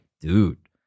dude